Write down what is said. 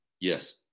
Yes